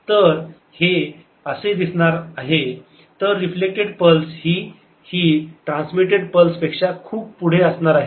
तर ते हे असे दिसणार आहे तर रिफ्लेक्टेड पल्स ही ही ट्रान्समिटेड पल्स पेक्षा खूप पुढे असणार आहे